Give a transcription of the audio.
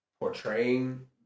portraying